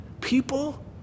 people